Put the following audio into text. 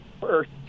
first